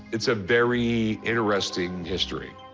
it's a very interesting history.